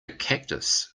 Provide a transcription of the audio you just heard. cactus